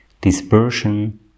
dispersion